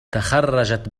تخرجت